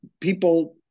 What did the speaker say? people